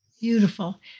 Beautiful